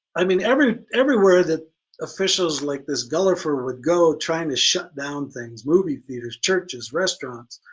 i mean every everywhere that officials like this guilford would go trying to shut down things, movie theaters, churches, restaurants,